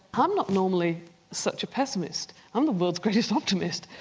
i'm not normally such a pessimist, i'm the world's greatest optimist.